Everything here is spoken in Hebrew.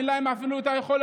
חשוב